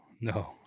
no